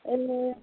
ए